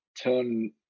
turn